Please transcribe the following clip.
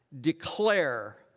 Declare